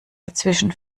dazwischen